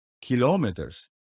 kilometers